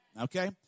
Okay